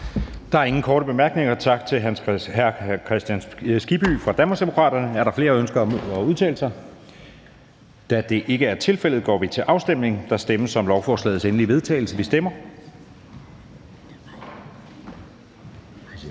Der er ingen korte bemærkninger. Tak til hr. Hans Kristian Skibby fra Danmarksdemokraterne. Er der flere, der ønsker at udtale sig? Da det ikke er tilfældet, går vi til afstemning. Kl. 12:18 Afstemning Anden næstformand